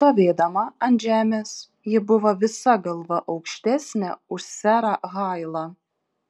stovėdama ant žemės ji buvo visa galva aukštesnė už serą hailą